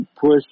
push